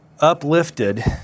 uplifted